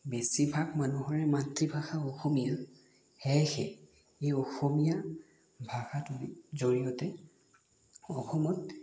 বেছিভাগ মানুহৰে মাতৃভাষা অসমীয়া সেয়েহে এই অসমীয়া ভাষাটোৰ জড়িয়তে অসমত